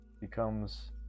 becomes